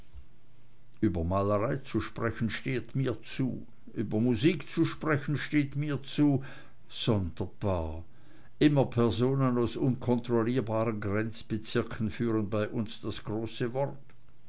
über malerei zu sprechen steht mir zu über musik zu sprechen steht mir zu sonderbar immer personen aus unkontrollierbaren grenzbezirken führen bei uns das große wort